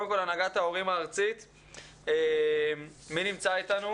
מהנהגת ההורים הארצית נמצא איתנו